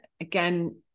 Again